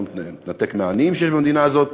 לא מתנתק מהעניים שיש במדינה הזאת,